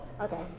Okay